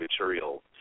material